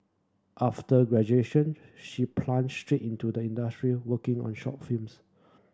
after graduation she plunged straight into the industry working on short films